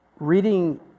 Reading